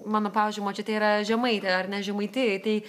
mano pavyzdžiui močiutė yra žemaitė ar ne žemaitijoj tai